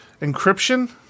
encryption